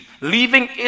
leaving